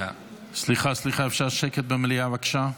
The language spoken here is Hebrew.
סליחה, אפשר שקט במליאה, בבקשה?